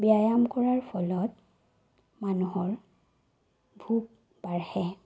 ব্যায়াম কৰাৰ ফলত মানুহৰ ভোক বাঢ়ে